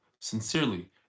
Sincerely